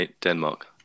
Denmark